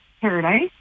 paradise